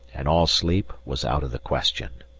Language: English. and all sleep was out of the question.